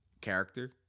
character